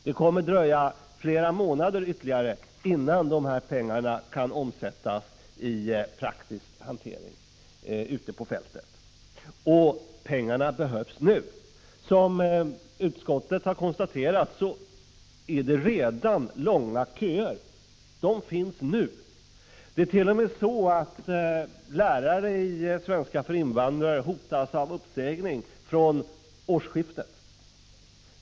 Det kommer att dröja ytterligare flera månader innan dessa pengar kan omsättas i praktisk hantering ute på fältet. Och pengarna behövs nu. Som utskottet har konstaterat är det redan nu långa köer. Det är t.o.m. så, att lärare i svenska för invandrare hotas av uppsägning från årsskiftet.